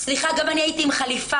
סליחה, גם אני הייתי עם חליפה.